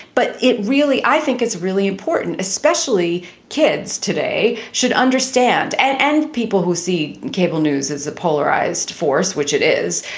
but it really i think it's really important, especially kids today should understand and people who see and cable news as a polarized force, which it is,